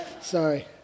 Sorry